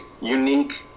unique